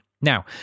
Now